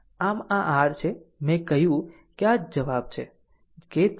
આમ આ r છે મેં કહ્યું કે આ આ જ જવાબ છે કે 3